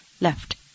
left